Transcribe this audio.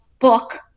book